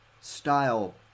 style